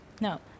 No